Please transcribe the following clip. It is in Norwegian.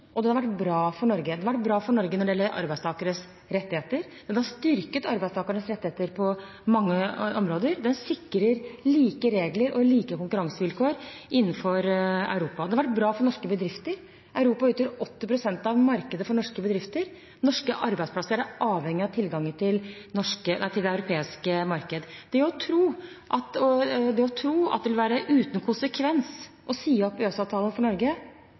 og den har vært bra for Norge. Den har vært bra for Norge når det gjelder arbeidstakeres rettigheter. Den har styrket arbeidstakernes rettigheter på mange områder. Den sikrer like regler og like konkurransevilkår innenfor Europa. Den har vært bra for norske bedrifter. Europa utgjør 80 pst. av markedet for norske bedrifter. Norske arbeidsplasser er avhengige av tilgangen til det europeiske markedet. Det å tro at det vil være uten konsekvens for Norge å si opp EØS-avtalen, er ganske alvorlig. Det ville hatt store konsekvenser for